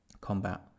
combat